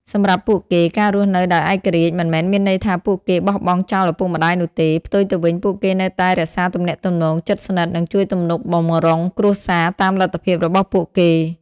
សម្រាប់ពួកគេ ការរស់នៅដោយឯករាជ្យមិនមែនមានន័យថាពួកគេបោះបង់ចោលឪពុកម្តាយនោះទេ ផ្ទុយទៅវិញពួកគេនៅតែរក្សាទំនាក់ទំនងជិតស្និទ្ធ និងជួយទំនុកបម្រុងគ្រួសារតាមលទ្ធភាពរបស់ពួកគេ។